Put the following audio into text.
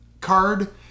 card